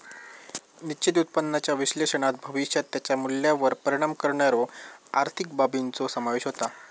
निश्चित उत्पन्नाच्या विश्लेषणात भविष्यात त्याच्या मूल्यावर परिणाम करणाऱ्यो आर्थिक बाबींचो समावेश होता